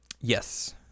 yes